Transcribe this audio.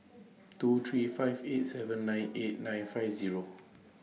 two three five eight seven nine eight nine five Zero